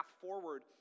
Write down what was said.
forward